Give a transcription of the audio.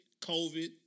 COVID